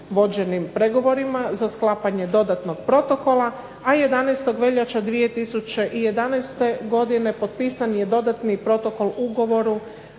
vođenim pregovorima za sklapanje Dodatnog protokola, a 11. veljače 2011. godine potpisan je Dodatni protokol Ugovoru